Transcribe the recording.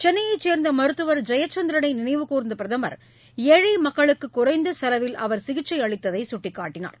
சென்னையைச் சேர்ந்த மருத்துவர் ஜெயச்சந்திரனை நினைவு கூர்ந்த பிரதமர் ஏழை மக்களுக்கு குறைந்த செலவில் சிகிச்சை அளித்ததை சுட்டிக்காட்டினார்